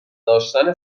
داشتن